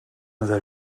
نظر